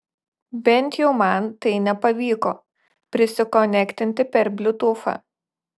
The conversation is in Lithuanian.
bent jau man tai nepavyko prisikonektinti per bliutūfą